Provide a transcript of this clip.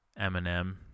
Eminem